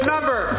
Number